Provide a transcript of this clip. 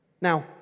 Now